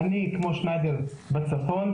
אני כמו "שניידר" בצפון,